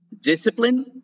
Discipline